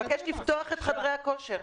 הוא מבקש לפתוח את חדרי הכושר.